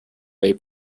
ray